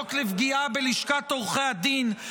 החוק לפגיעה בלשכת עורכי הדין,